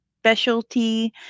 specialty